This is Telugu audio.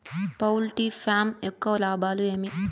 పౌల్ట్రీ ఫామ్ యొక్క లాభాలు ఏమి